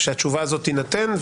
שהתשובה הזאת תינתן.